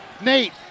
Nate